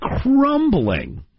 crumbling